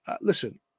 Listen